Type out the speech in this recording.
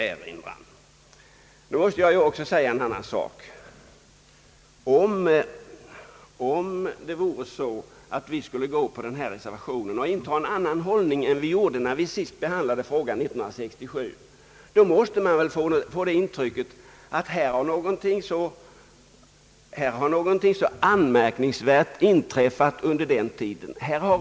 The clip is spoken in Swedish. Jag måste säga, att om vi skulle gå på reservationens förslag och inta en annan hållning än när vi behandlade frågan 1967, så måste man få intrycket att det under mellantiden har hänt något anmärkningsvärt.